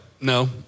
no